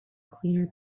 cleaner